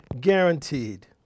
guaranteed